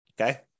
okay